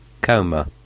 coma